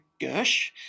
Gersh